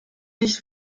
nicht